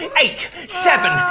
and eight, seven,